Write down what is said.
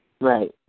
Right